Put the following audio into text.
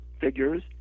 figures